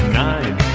nine